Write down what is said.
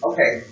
Okay